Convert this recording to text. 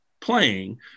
playing